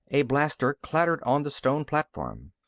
a blaster clattered on the stone platform.